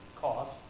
cost